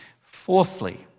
Fourthly